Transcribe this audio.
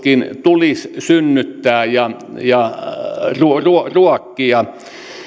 tulisi synnyttää ja ja mitä sen tulisi ruokkia